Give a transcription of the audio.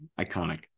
Iconic